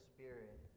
Spirit